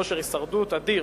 כושר הישרדות אדיר.